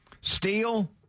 Steel